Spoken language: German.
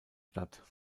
stadt